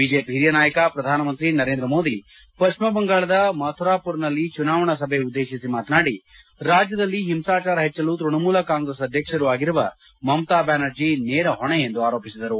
BJP ಹಿರಿಯ ನಾಯಕ ಪ್ರಧಾನಮಂತ್ರಿ ನರೇಂದ್ರ ಮೋದಿ ಪಶ್ಚಿಮ ಬಂಗಾಳದ ಮಾಥುರಾಪುರ್ನಲ್ಲಿ ಚುನಾವಣಾ ಸಭೆ ಉದ್ದೇಶಿಸಿ ಮಾತನಾಡಿ ರಾಜ್ಯದಲ್ಲಿ ಹಿಂಸಾಚಾರ ಹೆಚ್ಚಲು ತೃಣಮೂಲ ಕಾಂಗ್ರೆಸ್ ಅಧ್ವಕ್ಷರೂ ಆಗಿರುವ ಮಮತಾ ಬ್ಯಾನರ್ಜಿ ನೇರ ಹೊಣೆ ಎಂದು ಆರೋಪಿಸಿದರು